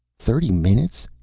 thirty minutes!